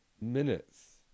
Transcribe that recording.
Minutes